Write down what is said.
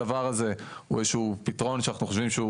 הדבר הזה הוא איזשהו פתרון שאנחנו חושבים שהוא